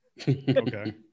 okay